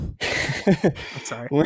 Sorry